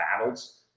battles